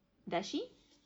does she